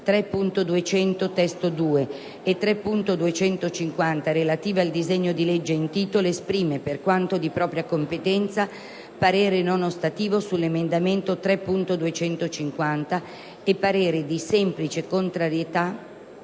3.200 (testo 2) e 3.250 relativi al disegno di legge in titolo, esprime, per quanto di propria competenza, parere non ostativo sull'emendamento 3.250 e parere di semplice contrarietà